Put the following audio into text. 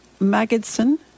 Magidson